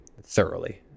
thoroughly